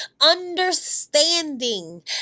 Understanding